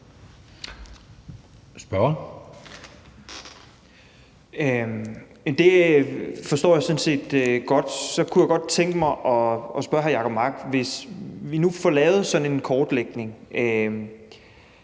Vad (S): Det forstår jeg sådan set godt. Så kunne jeg godt tænke mig at spørge hr. Jacob Mark: Hvis vi nu får lavet sådan en kortlægning,